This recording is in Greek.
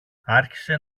άρχισε